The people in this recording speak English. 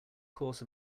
course